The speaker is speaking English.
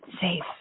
Safe